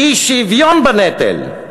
אי-שוויון בנטל,